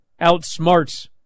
outsmarts